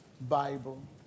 Bible